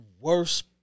worst